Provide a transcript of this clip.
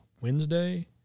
Wednesday